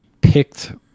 picked